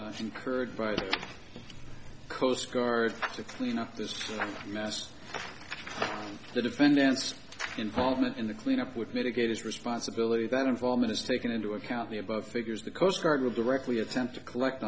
s incurred by the coast guard to clean up this mess the defendant's involvement in the cleanup with mitigate his responsibility then involvement is taken into account the above figures the coast guard will directly attempt to collect